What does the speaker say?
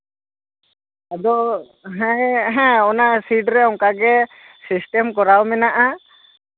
ᱟᱫᱚ ᱦᱮᱸ ᱦᱮᱸ ᱚᱱᱟ ᱥᱤᱴᱨᱮ ᱚᱱᱠᱟᱜᱮ ᱥᱤᱥᱴᱮᱢ ᱠᱚᱨᱟᱣ ᱢᱮᱱᱟᱜᱼᱟ